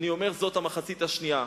אני אומר, זאת המחצית השנייה.